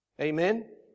Amen